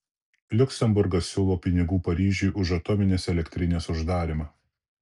liuksemburgas siūlo pinigų paryžiui už atominės elektrinės uždarymą